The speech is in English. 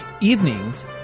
evenings